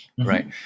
right